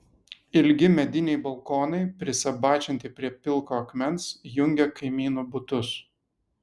ilgi mediniai balkonai prisabačinti prie pilko akmens jungia kaimynų butus